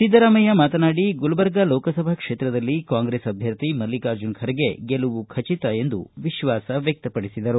ಸಿದ್ದರಾಮಯ್ಯ ಮಾತನಾಡಿ ಗುಲಬರ್ಗಾ ಲೋಕಸಭಾ ಕ್ಷೇತ್ರದಲ್ಲಿ ಕಾಂಗ್ರೆಸ್ ಅಭ್ಯರ್ಥಿ ಮಲ್ಲಿಕಾರ್ಜುನ ಖರ್ಗೆ ಗೆಲುವು ಖಚಿತ ಎಂದು ವಿಶ್ವಾಸ ವ್ಯಕ್ತಪಡಿಸಿದರು